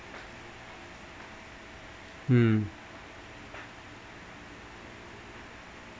mm